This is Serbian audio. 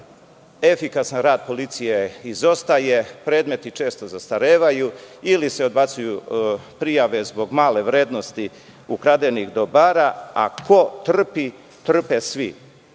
Efikasan rad policije izostaje, predmeti često zastarevaju ili se odbacuju prijave zbog male vrednosti ukradenih dobara. Ko trpi? Trpe svi.